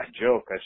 joke